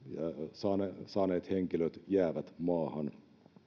saaneet saaneet henkilöt jäävät maahan